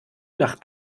nach